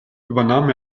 übernahm